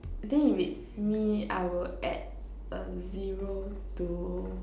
then if it's me I will add a zero to